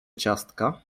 ciastka